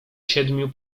siedmiu